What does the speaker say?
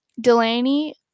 Delaney